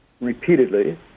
repeatedly